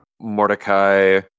Mordecai